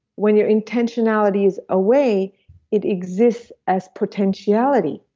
when your intentionality is away it exists as potentiality,